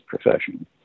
profession